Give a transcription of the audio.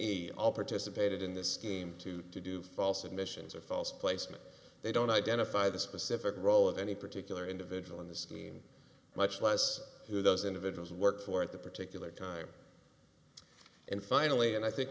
e all participated in this scheme to do false admissions or false placement they don't identify the specific role of any particular individual in the scheme much less who those individuals work for at that particular time and finally and i think